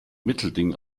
mittelding